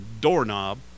doorknob